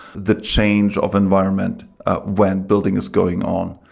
the change of environment when building is going on.